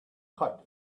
kite